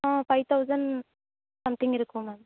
five thousand something இருக்கும் ma'am